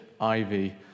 Ivy